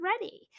ready